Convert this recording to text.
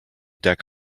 deck